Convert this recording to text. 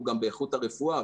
הוא גם באיכות הרפואה,